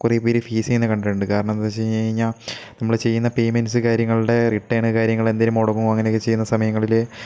കുറേ പേര് ഫേസ് ചെയ്യുന്നത് കണ്ടിട്ടുണ്ട് കാരണം എന്താ വെച്ച് കഴിഞ്ഞു കഴിഞ്ഞാൽ നമ്മൾ ചെയ്യുന്ന പെയ്മെൻറ്റ്സ് കാര്യങ്ങളുടെ റിട്ടേണ് കാര്യങ്ങ എന്തെങ്കിലും മുടങ്ങുകയോ അങ്ങനെയൊക്കെ ചെയ്യുന്ന സമയങ്ങളിൽ